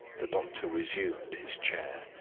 the doctor resumed his chair.